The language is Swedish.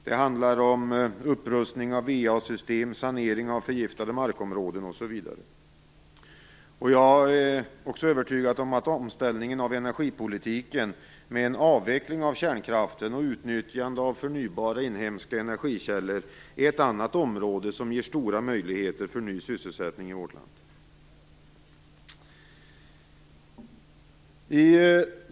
Det handlar om upprustning av Jag är också övertygad om att omställningen av energipolitiken, med avveckling av kärnkraften och utnyttjande av förnybara, inhemska energikällor, är ett annat område som ger stora möjligheter för ny sysselsättning i vårt land.